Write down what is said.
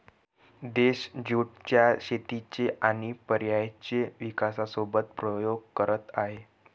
देश ज्युट च्या शेतीचे आणि पर्यायांचे विकासासोबत प्रयोग करत आहे